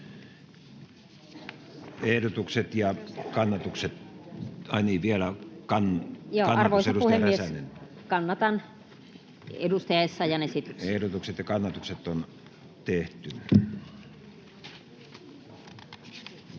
ehdotukset ja kannatukset voi tehdä